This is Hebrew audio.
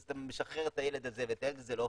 אז אתה משחרר את הילד הזה ואת הילד הזה לא.